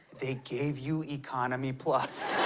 they gave you economy plus.